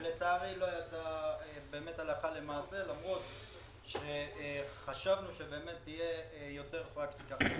לצערי לא קרה דבר הלכה למעשה למרות שחשבנו שתהיה יותר פרקטיקה.